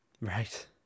Right